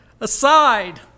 aside